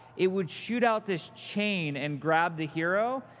it would shoot out this chain and grab the hero,